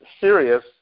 serious